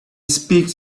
speaks